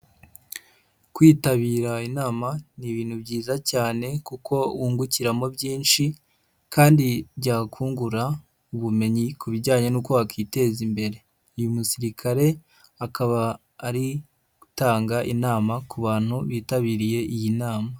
Kwitabira inama ni ibintu byiza cyane kuko wungukiramo byinshi kandi byakungura ubumenyi ku bijyanye nuko wakiteza imbere, uyu musirikare akaba ari gutanga inama ku bantu bitabiriye iyi nama.